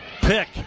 pick